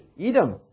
Edom